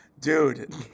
dude